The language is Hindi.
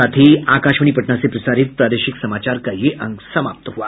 इसके साथ ही आकाशवाणी पटना से प्रसारित प्रादेशिक समाचार का ये अंक समाप्त हुआ